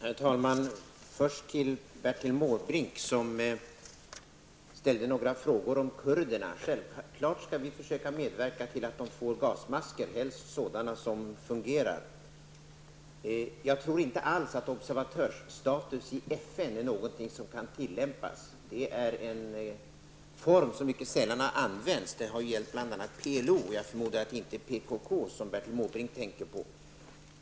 Herr talman! Först till Bertil Måbrink, som ställde några frågor om kurderna: Självfallet skall vi försöka medverka till att de får gasmasker, helst sådana som fungerar. Jag tror inte alls att observatörsstatus i FN är någonting som kan tillämpas. Det är en form som mycket sällan har använts. Det har gällt bl.a. PLO, och jag förmodar att det inte är PKK som Bertil Måbrink tänker på.